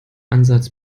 ansatz